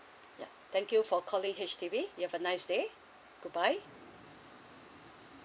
yeah thank you for calling H_D_B you have a nice day goodbye